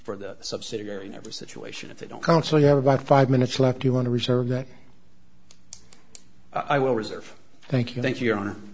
for the subsidiary never situation if they don't count so you have about five minutes left you want to reserve that i will reserve thank you thank you